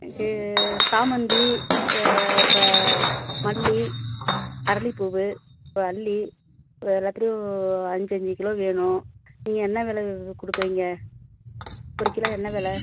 எனக்கு சாமந்தி அப்புறோம் மல்லி அரளிப் பூ அப்புறோம் அல்லி இது எல்லாத்துலையும் அஞ்சு அஞ்சு கிலோ வேணும் நீங்கள் என்ன விலை கொடுக்குறீங்க ஒரு கிலோ என்ன விலை